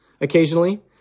occasionally